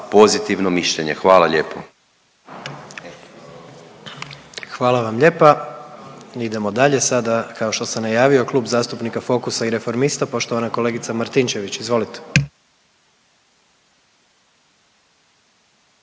pozitivno mišljenje. Hvala lijepo. **Jandroković, Gordan (HDZ)** Hvala vam lijepa. Idemo dalje sada, kao što sam najavio Klub zastupnika Fokusa i Reformista, poštovana kolegica Martinčević, izvolite.